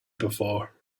before